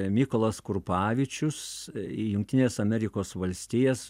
mykolas krupavičius į jungtines amerikos valstijas